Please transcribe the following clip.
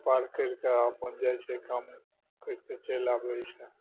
पार करिके अपन जाइ छै काम करिके चलि आबै छै